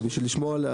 הנושא השלישי,